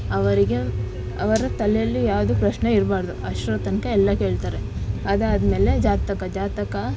ಅವರಿಗೆ ಅವರ ತಲೆಯಲ್ಲು ಯಾವುದು ಪ್ರಶ್ನೆ ಇರಬಾರ್ದು ಅಷ್ಟರ ತನಕ ಎಲ್ಲ ಕೇಳ್ತಾರೆ ಅದಾದ ಮೇಲೆ ಜಾತಕ ಜಾತಕ